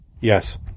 Yes